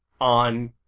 on